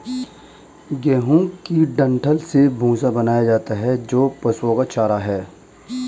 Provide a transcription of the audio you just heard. गेहूं के डंठल से भूसा बनाया जाता है जो पशुओं का चारा है